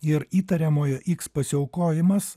ir įtariamojo x pasiaukojimas